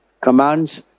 commands